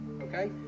okay